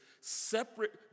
separate